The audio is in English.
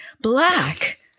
black